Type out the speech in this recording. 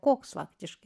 koks faktiškai